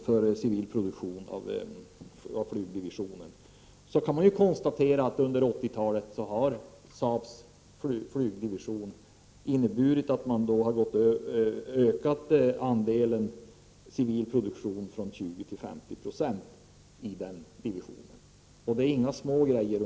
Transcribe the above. för civil produktion i flygdivisionen så kan man dock konstatera att under 1980-talet har Saab:s flygdivision ökat andelen civil produktion från 20 till 50 26. Det handlar inte om några småsaker.